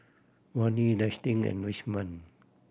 Vannie Destin and Richmond